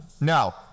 Now